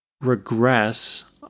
regress